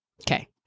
Okay